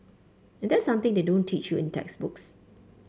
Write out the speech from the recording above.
and that's something they don't teach you in textbooks